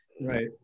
right